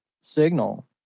signal